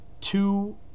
two